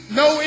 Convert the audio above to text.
no